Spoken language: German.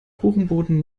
kuchenboden